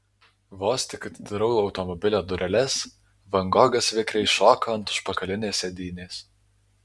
vos tik atidarau automobilio dureles van gogas vikriai šoka ant užpakalinės sėdynės